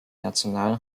nationalen